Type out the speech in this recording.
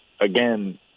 again